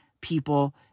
people